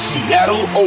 Seattle